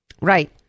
Right